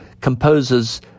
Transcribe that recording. composers